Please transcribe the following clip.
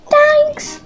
Thanks